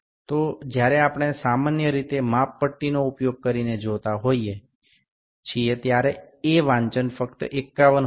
તો જ્યારે આપણે સામાન્ય રીતે માપપટ્ટીનો ઉપયોગ કરીને જોતા હોઈએ છીએ ત્યારે એ વાંચન ફક્ત 51 હશે